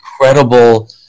incredible